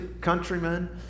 countrymen